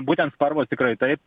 būtent sparvos tikrai taip